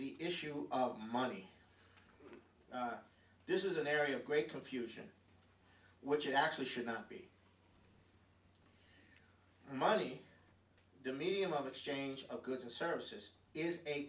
the issue of money this is an area of great confusion which actually should not be molly de medium of exchange of goods and services is a